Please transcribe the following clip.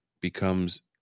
becomes